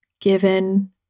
given